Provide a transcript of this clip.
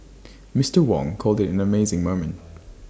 Mister Wong called IT an amazing moment